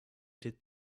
did